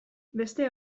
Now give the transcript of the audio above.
beste